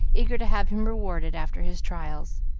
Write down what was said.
eager to have him rewarded after his trials.